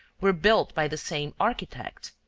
were built by the same architect.